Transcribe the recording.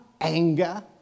anger